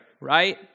right